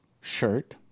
shirt